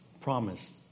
promise